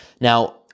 Now